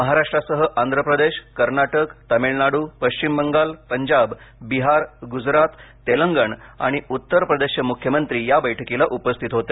महाराष्ट्रासह आंध्रप्रदेश कर्नाटक तामिळनाडू पश्चिम बंगाल पंजाब बिहार गुजरात तेलंगण आणि उत्तरप्रदेशचे मुख्यमंत्री या बैठकीला उपस्थित होते